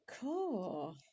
Cool